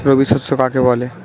রবি শস্য কাকে বলে?